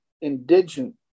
indigent